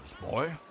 boy